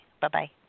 Bye-bye